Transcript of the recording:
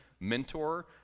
mentor